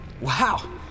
Wow